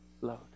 load